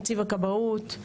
נציב הכבאות,